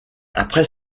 après